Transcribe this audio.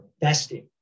investing